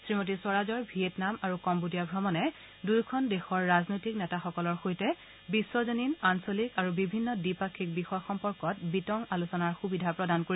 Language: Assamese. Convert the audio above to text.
শ্ৰীমতী স্বৰাজৰ ভিয়েটনাম আৰু কন্নোডিয়া ভ্ৰমণে দুয়োখন দেশৰ ৰাজনৈতিক নেতাসকলৰ সৈতে বিশ্বজনীন আঞ্চলিক আৰু বিভিন্ন দ্বিপাক্ষিক বিষয় সম্পৰ্কত বিতং আলোচনাৰ সুবিধা প্ৰধান কৰিব